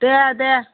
दे दे